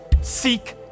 Seek